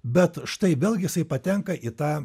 bet štai vėlgi jisai patenka į tą